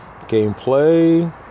Gameplay